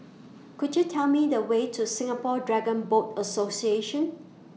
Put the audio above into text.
Could YOU Tell Me The Way to Singapore Dragon Boat Association